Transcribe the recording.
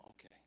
Okay